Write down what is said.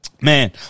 Man